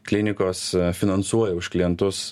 klinikos finansuoja už klientus